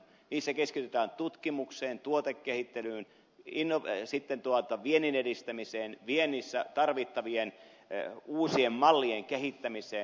niissä keskitytään tutkimukseen tuotekehittelyyn viennin edistämiseen viennissä tarvittavien uusien mallien kehittämiseen